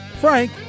Frank